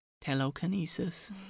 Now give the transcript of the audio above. telekinesis